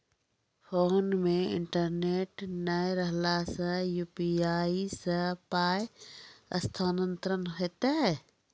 Phone मे internet नै रहला सॅ, यु.पी.आई सॅ पाय स्थानांतरण हेतै?